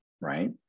right